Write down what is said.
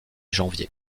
janvier